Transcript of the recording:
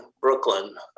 Brooklyn